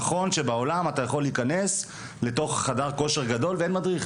זה נכון שבעולם אתה יכול להיכנס לחדר כושר גדול שבו אין מדריך